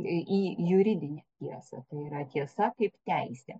į juridinę tiesą tai yra tiesa kaip teisė